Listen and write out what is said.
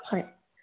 হয়